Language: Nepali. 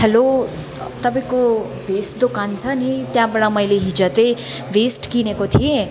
हेलो तपाईँको भेस्ट दोकान छ नि त्यहाँबाट मैले हिजो चाहिँ भेस्ट किनेको थिएँ